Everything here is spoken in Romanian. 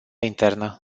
internă